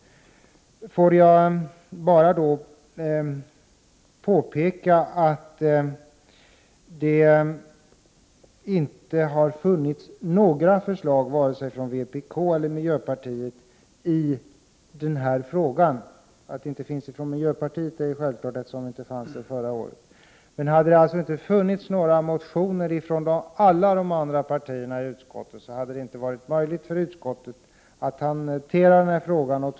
Låt mig bara påpeka att det inte har förts fram några förslag från vare sig vpk eller miljöpartiet i den frågan. Att det inte finns några från miljöpartiet är förstås självklart, eftersom det partiet inte fanns i riksdagen förra året, men om det inte hade funnits motioner från något av de övriga partier som var representerade i utskottet, hade det inte varit möjligt för utskottet att ta upp små detaljer i dessa frågor.